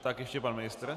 Tak ještě pan ministr.